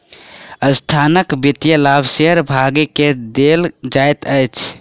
संस्थानक वित्तीय लाभ शेयर भागी के देल जाइत अछि